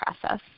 process